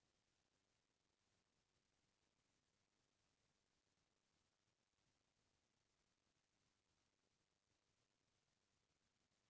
जेन बेंक ह निजी रइथे अउ उहॉं ले कोनो मनसे ह होम लोन लेवत हे त बरोबर बियाज दर ह जादा रही